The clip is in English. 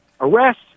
arrest